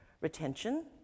retention